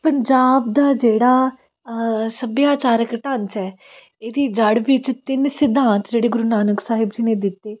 ਪੰਜਾਬ ਦਾ ਜਿਹੜਾ ਸੱਭਿਆਚਾਰਕ ਢਾਂਚਾ ਇਹਦੀ ਜੜ੍ਹ ਵਿੱਚ ਤਿੰਨ ਸਿਧਾਂਤ ਜਿਹੜੇ ਗੁਰੂ ਨਾਨਕ ਸਾਹਿਬ ਜੀ ਨੇ ਦਿੱਤੇ